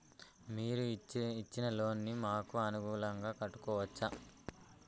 మీరు ఇచ్చిన లోన్ ను మాకు అనుకూలంగా కట్టుకోవచ్చా?